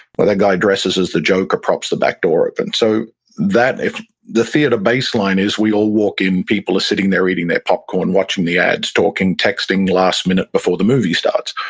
but guy dresses as the joker, props the back door open. so if the theater baseline is we all walk in, people are sitting there eating their popcorn watching the ads, talking, texting last-minute before the movie starts,